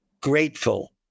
grateful